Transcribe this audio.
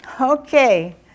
Okay